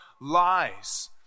lies